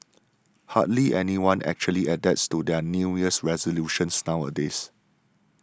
hardly anyone actually adheres to their New Year resolutions nowadays